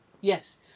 Yes